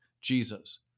Jesus